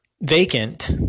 vacant